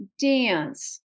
dance